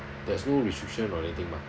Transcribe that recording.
there's no restriction or anything mah